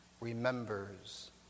Remembers